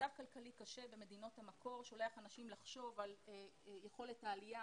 מצב כלכלי קשה במדינות המקור שולח אנשים לחשוב על יכולת העלייה